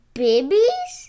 babies